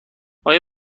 آیا